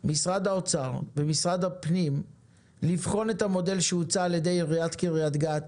למשרד האוצר ולמשרד הפנים לבחון את המודל שהוצע על ידי עיריית קריית גת,